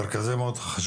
במרכז